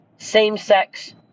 Same-sex